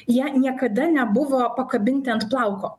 jie niekada nebuvo pakabinti ant plauko